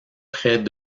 près